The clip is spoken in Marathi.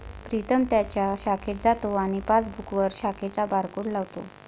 प्रीतम त्याच्या शाखेत जातो आणि पासबुकवर शाखेचा बारकोड लावतो